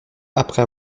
après